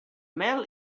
mel